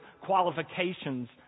qualifications